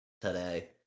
today